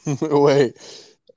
Wait